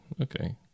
Okay